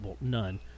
none